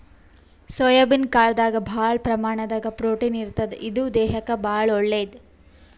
soybean ಕಾಳ್ದಾಗ್ ಭಾಳ್ ಪ್ರಮಾಣದಾಗ್ ಪ್ರೊಟೀನ್ ಇರ್ತದ್ ಇದು ದೇಹಕ್ಕಾ ಭಾಳ್ ಒಳ್ಳೇದ್